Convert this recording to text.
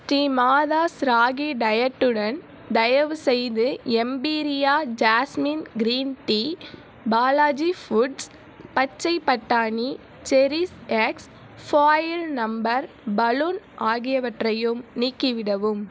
ஸ்ரீமாதாஸ் ராகி டயட்டுடன் தயவுசெய்து Emperia jasmine green tea Balaji foods பச்சை பட்டாணி செரிஷ்எக்ஸ் ஃபாயில் நம்பர் பலூன் ஆகியவற்றையும் நீக்கிவிடவும்